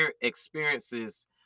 experiences